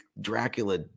Dracula